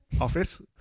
office